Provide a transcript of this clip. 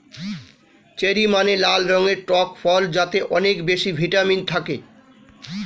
cherry মানে লাল রঙের টক ফল যাতে অনেক বেশি ভিটামিন থাকে